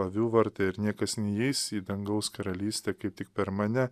avių vartai ir niekas neįeis į dangaus karalystę kaip tik per mane